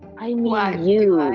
i mean you.